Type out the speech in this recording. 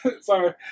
Sorry